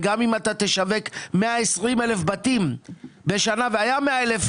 גם אם אתה תשווק 120,000 בתים בשנה והיו 100,000